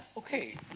Okay